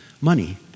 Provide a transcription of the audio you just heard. money